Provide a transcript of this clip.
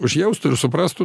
užjaustų ir suprastų